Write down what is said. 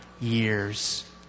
years